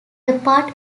apart